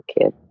kid